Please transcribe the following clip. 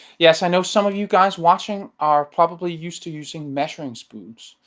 yes, i know some of you guys watching are probably used to using measuring spoons,